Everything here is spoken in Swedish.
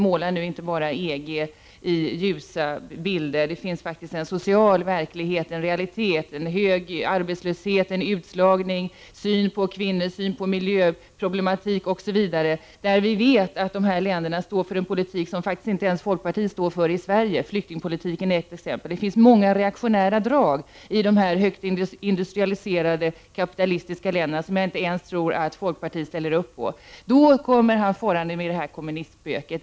Måla nu inte bara EG i ljusa färger! Det finns faktiskt en social verklighet. När det gäller hög arbetslöshet, utslagning, syn på kvinnor, syn på miljöproblem osv. vet vi att de här länderna står för en politik som inte ens folkpartiet står för i Sverige. Flyktingpolitiken är ett exempel. Det finns många reaktionära drag i de här högt industrialiserade kapitalistiska länderna. Då kommer Hadar Cars med kommunistspöket.